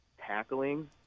tackling